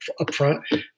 upfront